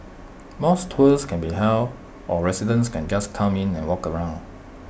mosque tours can be held or residents can just come in and walk around